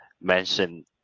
mention